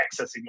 accessing